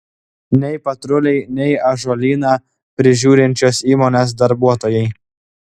nei patruliai nei ąžuolyną prižiūrinčios įmonės darbuotojai